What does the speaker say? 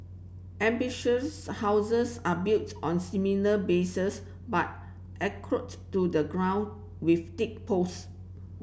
amphibious houses are built on similar bases but anchored to the ground with thick post